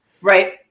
Right